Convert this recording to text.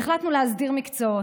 והחלטנו להסדיר מקצועות.